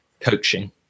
coaching